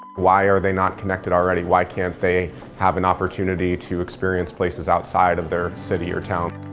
why are they not connected already? why can't they have an opportunity to experience places outside of their city or town?